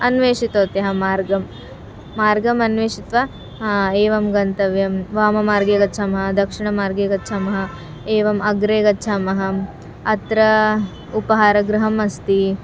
अन्विष्टवत्यः मार्गं मार्गम् अन्वेषयित्वा एवं गन्तव्यं वाममार्गे गच्छामः दक्षिणमार्गे गच्छामः एवम् अग्रे गच्छामः अत्र उपहारगृहम् अस्ति